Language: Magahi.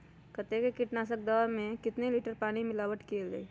कतेक किटनाशक दवा मे कितनी लिटर पानी मिलावट किअल जाई?